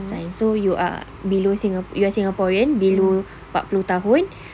science so you are below singa~ you are singaporean below empat puluh tahun